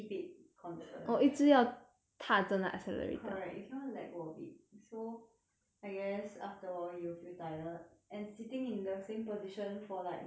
correct you cannot let go of it so I guess after a while you will feel tired and sitting in the same position for like few hours